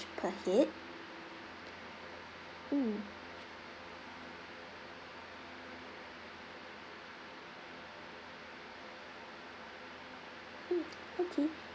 per head mm mm okay